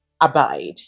abide